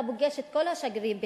אם אתה פוגש את כל השגרירים בתל-אביב,